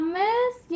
miss